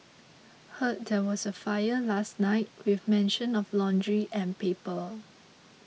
heard there was a fire last night with mention of laundry and paper